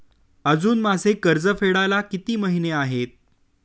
अजुन माझे कर्ज फेडायला किती महिने आहेत?